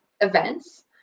events